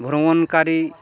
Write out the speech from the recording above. ভ্রমণকারী